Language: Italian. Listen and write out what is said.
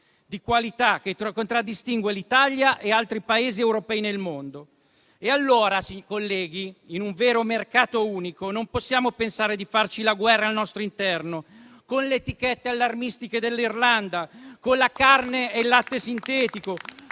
di qualità che contraddistingue l'Italia e altri Paesi europei nel mondo. E allora, colleghi, in un vero mercato unico non possiamo pensare di farci la guerra al nostro interno, con le etichette allarmistiche dell'Irlanda, con la carne e il latte sintetico,